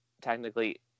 technically